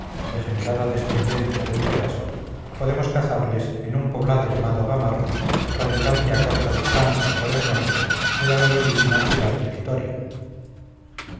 degenerada descendencia del pegaso podemos cazarles en un poblado llamado gamarra radicante a corta distancia por el norte de la nobilísima ciudad de vitoria